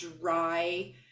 dry